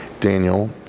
Daniel